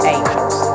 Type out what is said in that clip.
Angels